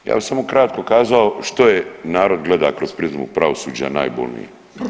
Ja bi samo kratko kazao što je narod gleda kroz prizmu pravosuđa najbolnije.